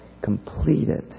completed